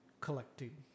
collecting